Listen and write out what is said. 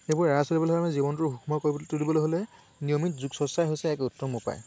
সেইবোৰ এৰাই চলিবলৈ হ'লে জীৱনটো সুখময় কৰিব তুলিবলৈ হ'লে নিয়মিত যোগ চৰ্চাই হৈছে এক উত্তম উপায়